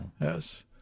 Yes